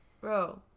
Bro